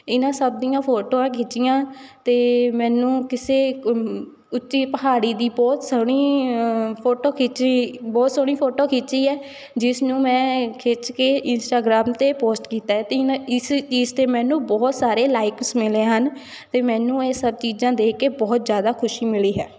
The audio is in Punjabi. ਇਹਨਾਂ ਸਭ ਦੀਆਂ ਫੋਟੋਆਂ ਖਿੱਚੀਆਂ ਅਤੇ ਮੈਨੂੰ ਕਿਸੇ ਕ ਉੱਚੀ ਪਹਾੜੀ ਦੀ ਬਹੁਤ ਸੋਹਣੀ ਫੋਟੋ ਖਿੱਚੀ ਬਹੁਤ ਸੋਹਣੀ ਫੋਟੋ ਖਿੱਚੀ ਹੈ ਜਿਸ ਨੂੰ ਮੈਂ ਖਿੱਚ ਕੇ ਇੰਸਟਾਗ੍ਰਾਮ 'ਤੇ ਪੋਸਟ ਕੀਤਾ ਹੈ ਅਤੇ ਇਨ ਇਸ ਇਸ 'ਤੇ ਮੈਨੂੰ ਬਹੁਤ ਸਾਰੇ ਲਾਇਕਸ ਮਿਲੇ ਹਨ ਅਤੇ ਮੈਨੂੰ ਇਹ ਸਭ ਚੀਜ਼ਾਂ ਦੇਖ ਕੇ ਬਹੁਤ ਜ਼ਿਆਦਾ ਖੁਸ਼ੀ ਮਿਲੀ ਹੈ